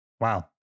Wow